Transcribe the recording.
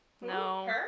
No